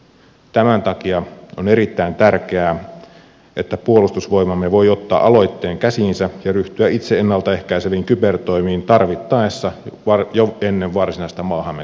tämän takia on erittäin tärkeää että puolustusvoimamme voi ottaa aloitteen käsiinsä ja ryhtyä itse ennalta ehkäiseviin kybertoimiin tarvittaessa jo ennen varsinaista maahamme kohdistuvaa hyökkäystä